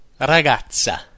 ragazza